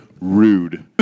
rude